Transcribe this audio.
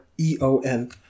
E-O-N